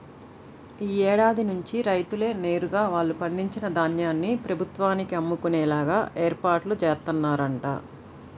యీ ఏడాది నుంచి రైతులే నేరుగా వాళ్ళు పండించిన ధాన్యాన్ని ప్రభుత్వానికి అమ్ముకునేలా ఏర్పాట్లు జేత్తన్నరంట